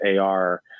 AR